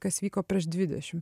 kas vyko prieš dvidešim